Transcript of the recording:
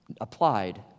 Applied